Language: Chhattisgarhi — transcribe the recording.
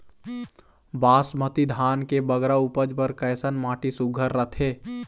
बासमती धान के बगरा उपज बर कैसन माटी सुघ्घर रथे?